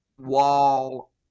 wall